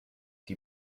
die